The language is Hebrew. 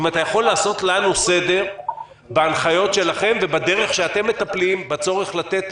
אם אתה יכול לעשות לנו סדר בהנחיות שלכם ובדרך שאתם מטפלים בצורך לתת